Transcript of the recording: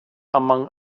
among